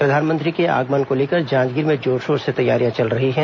प्रधानमंत्री के आगमन को लेकर जांजगीर में जोर शोर से तैयारियां चल रही हैं